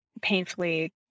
painfully